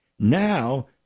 Now